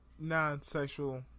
non-sexual